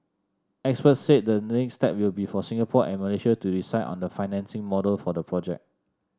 experts said the next step will be for Singapore and Malaysia to decide on the financing model for the project